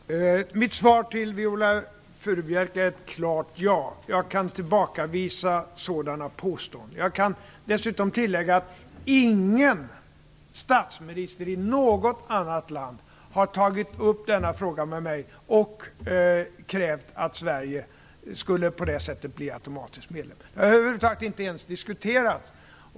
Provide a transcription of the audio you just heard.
Fru talman! Mitt svar till Viola Furubjelke är ett klart ja. Jag kan tillbakavisa sådana påståenden. Jag kan dessutom tillägga att ingen statsminister i något annat land har tagit upp denna fråga med mig och krävt att Sverige på det sättet automatiskt skulle bli medlem. Det har jag över huvud taget inte ens diskuterat.